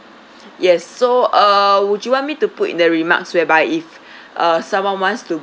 yes so uh would you want me to put in the remarks whereby if uh someone wants to